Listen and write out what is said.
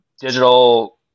digital